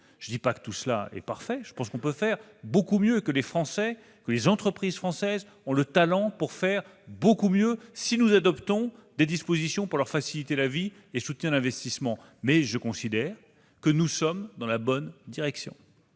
Je ne dis pas que tout cela est parfait. Je pense que l'on peut faire beaucoup mieux, car les entreprises françaises ont le talent pour faire beaucoup mieux si nous adoptons des dispositions pour leur faciliter la vie et soutenir l'investissement. Mais je considère que nous sommes dans la bonne direction.